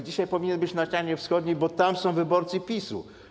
Dzisiaj powinien być na ścianie wschodniej, bo tam są wyborcy PiS-u.